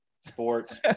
sports